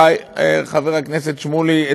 חבר הכנסת שמולי,